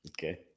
Okay